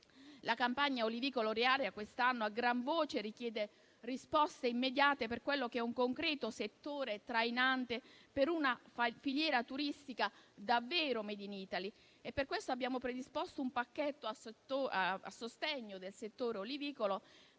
La campagna olivicolo-olearia quest'anno a gran voce richiede risposte immediate per quello che è un concreto settore trainante per una filiera turistica davvero *made in Italy*. Per questo abbiamo predisposto un pacchetto a sostegno del settore olivicolo, dalla